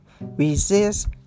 resist